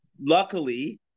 luckily